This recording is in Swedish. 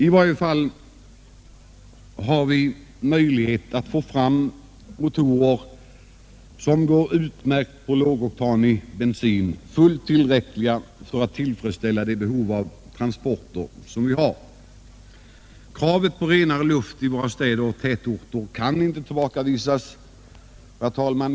I varje fall finns det möjlighet att få fram motorer som går utmärkt på lågoktanig bensin, fullt tillräckliga för att tillfredsställa det behov av transporter som föreligger. Kravet på renare luft i våra städer och tätorter kan inte tillbakavisas.